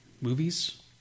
movies